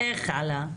איך עלה?